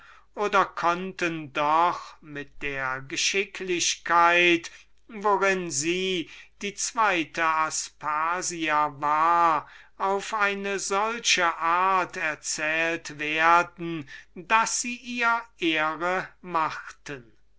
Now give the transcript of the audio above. oder konnten doch mit der geschicklichkeit worin sie die zweite aspasia war auf eine solche art erzählt werden daß sie ihr ehre machten